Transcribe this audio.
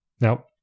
Now